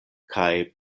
kaj